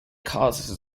causes